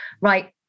right